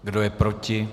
Kdo je proti?